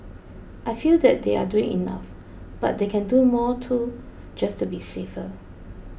I feel that they are doing enough but they can do more too just to be safer